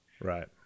Right